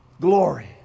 glory